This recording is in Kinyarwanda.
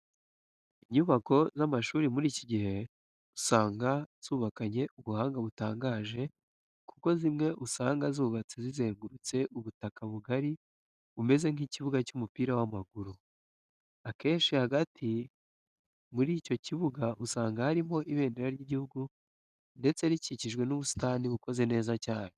Inyubako z'amashuri muri iki gihe usanga zubakanye ubuhanga butangaje, kuko zimwe usanga zubatse zizengurutse ubutaka bugari bumeze nk'ikibuga cy'umupira w'amaguru. Akenshi hagati muri icyo kibuga usanga harimo ibendera ry'igihugu ndetse rikikijwe n'ubusitani bukoze neza cyane.